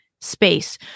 space